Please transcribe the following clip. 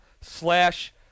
slash